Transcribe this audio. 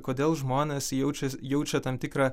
kodėl žmonės jaučias jaučia tam tikrą